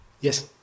Yes